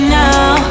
now